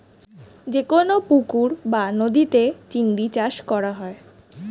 যে কোন পুকুর বা নদীতে চিংড়ি চাষ করা হয়